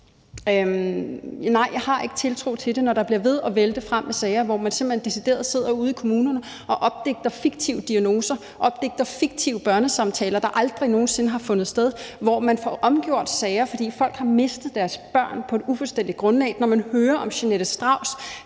Nej, jeg har ikke tiltro til det, når det bliver ved at vælte frem med sager, hvor man simpelt hen decideret sidder ude i kommunerne og opdigter fiktive diagnoser og opdigter fiktive børnesamtaler, der aldrig nogen sinde har fundet sted, og hvor man får omgjort sager, fordi folk har mistet deres børn på et ufuldstændigt grundlag; når man hører om Jeanette Strauss,